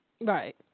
Right